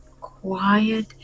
quiet